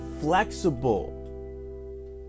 flexible